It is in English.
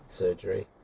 surgery